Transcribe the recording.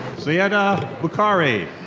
syeda bukhari.